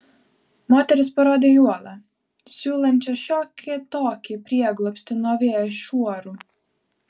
moteris parodė į uolą siūlančią šiokį tokį prieglobstį nuo vėjo šuorų